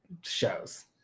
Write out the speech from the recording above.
shows